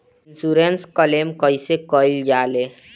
Insurance claim कइसे कइल जा ले?